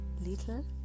little